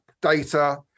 data